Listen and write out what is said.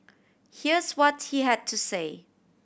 here's what he had to say